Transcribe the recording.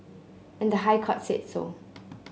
and the High Court said so